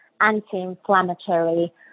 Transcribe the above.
anti-inflammatory